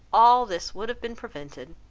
all this would have been prevented